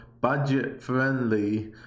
budget-friendly